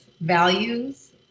values